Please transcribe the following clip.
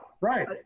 right